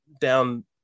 down